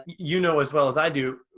you know as well as i do,